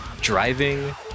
driving